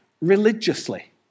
religiously